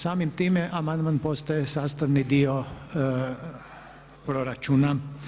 Samim time amandman postaje sastavni dio proračuna.